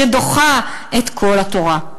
שדוחה את כל התורה.